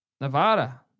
Nevada